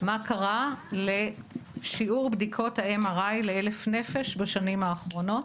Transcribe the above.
מה קרה לשיעור בדיקות ה-MRI ל-1,000 נפש בשנים האחרונות.